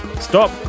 Stop